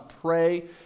pray